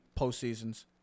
postseasons